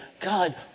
God